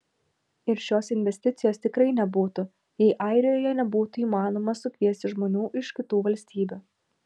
ir šios investicijos tikrai nebūtų jei airijoje nebūtų įmanoma sukviesti žmonių iš kitų valstybių